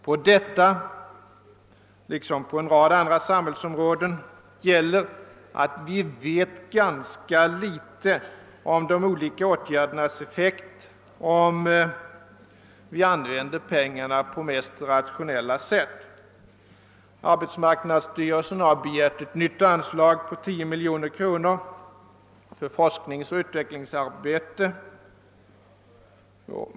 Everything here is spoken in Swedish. På detta liksom på en rad samhällsområden gäller att vi vet ganska litet om de olika åtgärdernas effekt, d. v. s. om vi använder pengarna på mest rationella sätt. Arbetsmarknadsstyrelsen har begärt ett nytt anslag på 10 miljoner kronor för forskningsoch utvecklingsarbete.